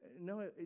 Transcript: no